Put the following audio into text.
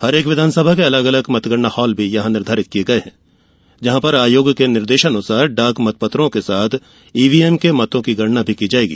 प्रत्येक विधानसभा का अलग मतगणना हॉल भी यहां निर्धारित किये गये हैं जहां पर आयोग के निर्देशानुसार डाक मतपत्रों के साथ ईवीएम के मतों की गणना भी की जाएगी